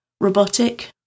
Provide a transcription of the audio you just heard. robotic